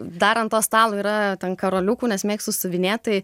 dar ant to stalo yra ten karoliukų nes mėgstu siuvinėt tai